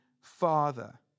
father